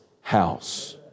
house